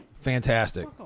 Fantastic